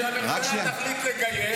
כשהממשלה תחליט לגייס זה יקרה.